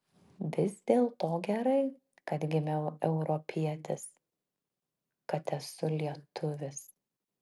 vis dėlto gerai kad gimiau europietis kad esu lietuvis